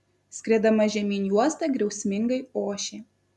skriedama žemyn juosta griausmingai ošė